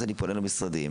אני פונה למשרדים,